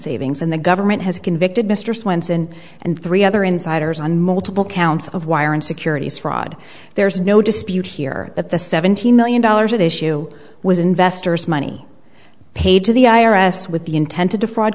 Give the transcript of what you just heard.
savings and the government has convicted mr swenson and three other insiders on multiple counts of wire and securities fraud there's no dispute here that the seventeen million dollars it is you was investors money paid to the i r s with the intent to defraud